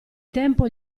tempo